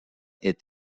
est